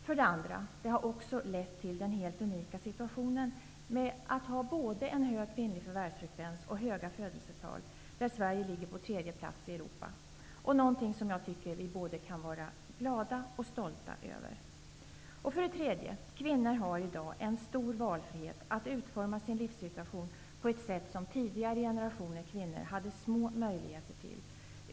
För det andra: Det har också lett till den helt unika situationen med både hög kvinnlig förvärvsfrekvens och höga födelsetal, där Sverige ligger på tredje plats i Europa. Det är någonting som vi kan vara både stolta och glada över. För det tredje: Kvinnor har i dag en stor valfrihet att utforma sin livssituation på ett sätt som tidigare generationer kvinnor hade små möjligheter till.